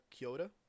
Kyoda